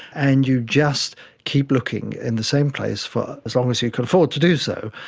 and you just keep looking in the same place for as long as you can afford to do so.